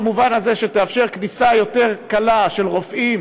במובן הזה שתאפשר כניסה יותר קלה של רופאים